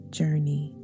journey